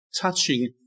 touching